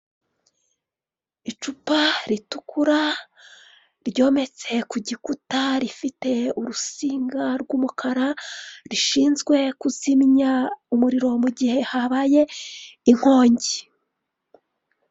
Icupa ritukura ryometse ku gikuta rifite urutsinga rw'umukara, rishinzwe kuzimya umuriro mu gihe habaye inkongi.